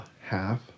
half